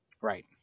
right